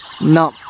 No